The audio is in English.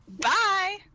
Bye